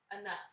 Enough